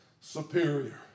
superior